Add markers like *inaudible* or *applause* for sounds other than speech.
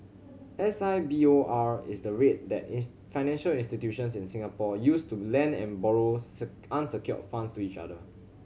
S I B O R is the rate that *unintelligible* financial institutions in Singapore use to lend and borrow *unintelligible* unsecured funds to each other